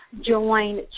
join